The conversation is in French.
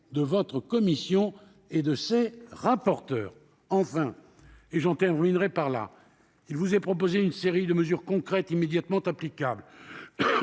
de votre commission et de ses rapporteures. Enfin, il vous est proposé une série de mesures concrètes immédiatement applicables.